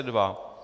2.